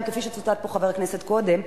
כפי שציטט פה חבר הכנסת קודם,